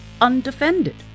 undefended